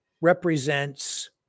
represents